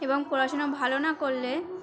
এবং পড়াশোনা ভালো না করলে